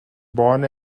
born